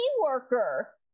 worker